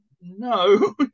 no